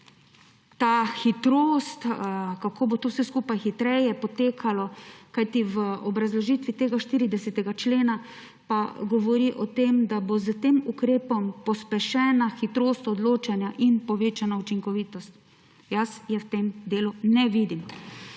ta hitrost, kako bo to vse skupaj hitreje potekalo, kajti v obrazložitvi 40. člena pa se govori o tem, da bo s tem ukrepom pospešena hitrost odločanja in povečana učinkovitost. Jaz je v tem delu ne vidim.